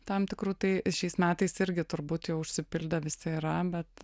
tam tikru tai šiais metais irgi turbūt jau išsipildę visi yra bet